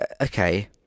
okay